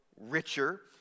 richer